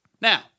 Now